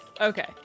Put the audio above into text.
okay